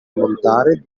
montare